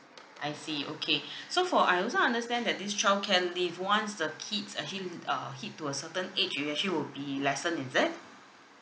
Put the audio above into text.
I see okay so for I also understand that this childcare leave once the kids actually uh hit to a certain age it'll actually will be lessen is it